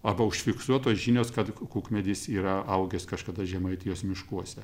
arba užfiksuotos žinios kad kukmedis yra augęs kažkada žemaitijos miškuose